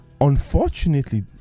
unfortunately